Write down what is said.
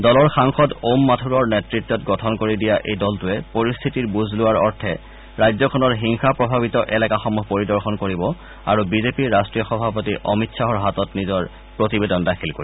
দলৰ সাংসদ ওম মাথুৰৰ নেতৃত্বত গঠন কৰি দিয়া এই দলটোৱে পৰিস্থিতিৰ বুজ লোৱাৰ অৰ্থে ৰাজ্যখনৰ হিংসা প্ৰভাৱিত এলেকাসমূহ পৰিদৰ্শন কৰিব আৰু বিজেপিৰ ৰাষ্টীয় সভাপতি অমিত শ্বাহৰ হাতত নিজৰ প্ৰতিবেদন দাখিল কৰিব